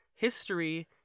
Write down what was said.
history